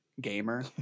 gamer